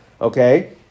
okay